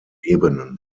ebenen